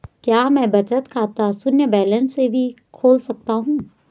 क्या मैं बचत खाता शून्य बैलेंस से भी खोल सकता हूँ?